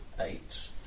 eight